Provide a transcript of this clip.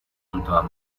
junto